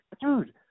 Dude